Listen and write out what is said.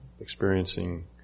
experiencing